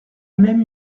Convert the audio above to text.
même